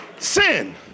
Sin